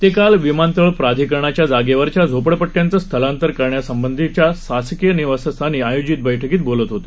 ते काल विमानतळ प्राधिकरणाच्या जागेवरच्या झोपडपट्ट्यांचं स्थलांतर करण्याबाबतत्यांच्या शासकीय निवासस्थानी आयोजित बैठकीत बोलत होते